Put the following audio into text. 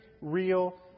real